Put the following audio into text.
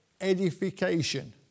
edification